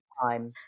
time